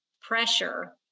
pressure